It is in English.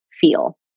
feel